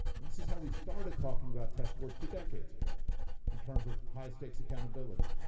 and this is how we started talking about test scores two decades ago in terms of high stakes accountability.